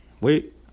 Wait